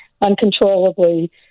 uncontrollably